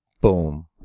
Boom